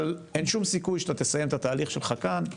אבל אין שום סיכוי שתסיים את התהליך שלך כאן,